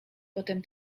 potem